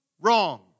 wrong